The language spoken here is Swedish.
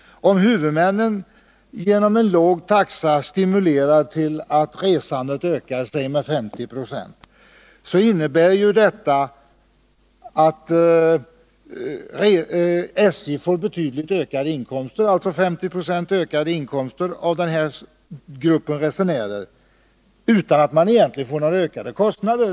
Om huvudmännen genom en låg taxa stimulerar till att resandet ökar med exempelvis 50 20, innebär detta att SJ får ytterligare ökade inkomster —50 960 — av den här gruppen resenärer utan att egentligen få några ökade kostnader.